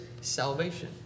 salvation